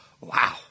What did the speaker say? Wow